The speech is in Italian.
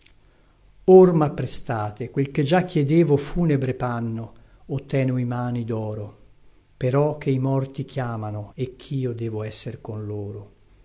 or mapprestate quel che già chiedevo funebre panno o tenui mani doro però che i morti chiamano e chio devo esser con loro